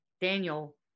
Daniel